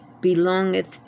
belongeth